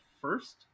first